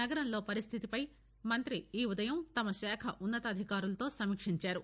నగరంలో పరిస్లితిపై మంతి ఈ ఉదయం తమ శాఖ ఉన్నతాధికారులతో సమీక్షించారు